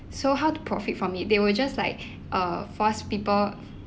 so how to profit from it they will just like err force people